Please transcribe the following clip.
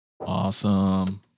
Awesome